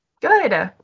Good